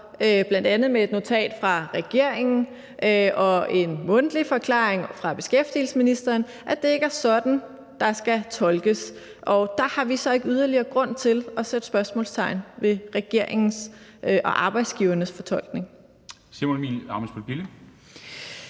bl.a. i et notat fra regeringen og en mundtlig forklaring fra beskæftigelsesministeren, at det ikke er sådan, det skal tolkes, og der har vi så ikke yderligere grund til at sætte spørgsmålstegn ved regeringens og arbejdsgivernes fortolkning.